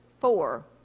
four